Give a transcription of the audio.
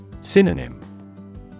Synonym